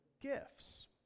gifts